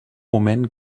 moment